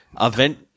event